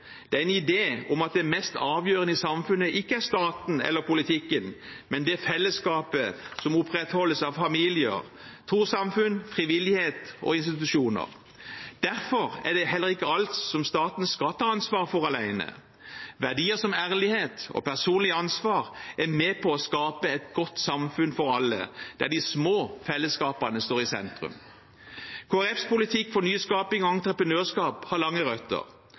det er en idé om at det mest avgjørende i samfunnet ikke er staten eller politikken, men det fellesskapet som opprettholdes av familier, trossamfunn, frivillighet og institusjoner. Derfor er det heller ikke alt som staten skal ta ansvar for alene. Verdier som ærlighet og personlig ansvar er med på å skape et godt samfunn for alle, der de små fellesskapene står i sentrum. Kristelig Folkepartis politikk for nyskaping og entreprenørskap har lange røtter.